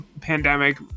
pandemic